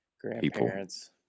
grandparents